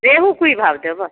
रेहू कि भाव देबऽ